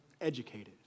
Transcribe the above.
educated